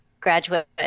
graduate